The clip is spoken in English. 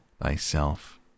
thyself